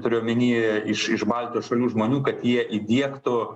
turiu omeny iš iš baltijos šalių žmonių kad jie įdiegtų